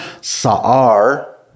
saar